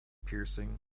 piercing